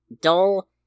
dull